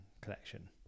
collection